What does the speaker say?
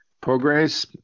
Progress